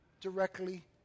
directly